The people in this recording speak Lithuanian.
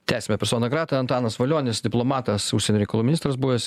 tęsiame persona grata antanas valionis diplomatas užsienio reikalų ministras buvęs